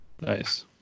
Nice